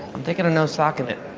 i'm taking a no sock in it.